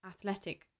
athletic